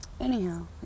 Anyhow